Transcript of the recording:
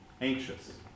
anxious